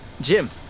Jim